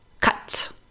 Cut